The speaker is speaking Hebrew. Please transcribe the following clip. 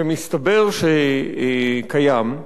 שמסתבר שקיים,